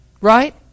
Right